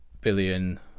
billion